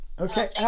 Okay